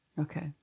Okay